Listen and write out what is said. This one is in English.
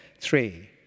three